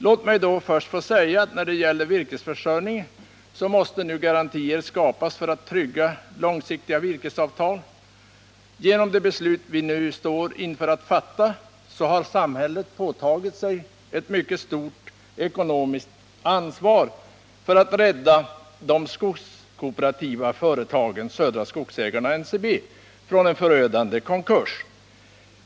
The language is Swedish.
Låt mig då få säga att när det gäller virkesförsörjningen, så måste garantier skapas för att trygga långsiktiga virkesavtal. Genom det beslut vi nu står i begrepp att fatta kommer samhället att ta på sig ett mycket stort ekorsomiskt ansvar för att rädda de skogskooperativa företagen Södra Skogsägarna och NCB från en förödande konkurs.